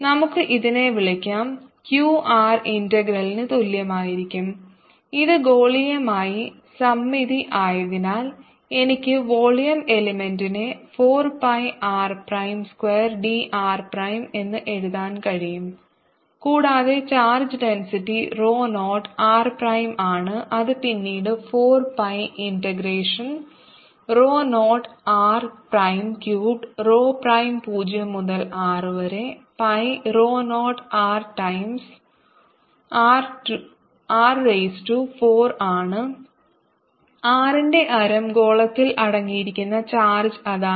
നമുക്ക് ഇതിനെ വിളിക്കാം q r ഇന്റഗ്രൽ ന് തുല്യമായിരിക്കും ഇത് ഗോളീയമായി സമമിതി ആയതിനാൽ എനിക്ക് വോളിയം എലമെന്റിനെ 4 pi r prime square dr prime എന്ന് എഴുതാൻ കഴിയും കൂടാതെ charge density rho 0 r prime ആണ് അത് പിന്നീട് 4 pi integration rho 0 r prime cubed rho prime 0 മുതൽ r വരെ pi rho 0 r raise to 4 ആണ് r ന്റെ ആരം ഗോളത്തിൽ അടങ്ങിയിരിക്കുന്ന ചാർജ് അതാണ്